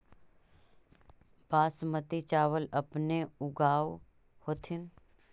बासमती चाबल अपने ऊगाब होथिं?